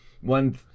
One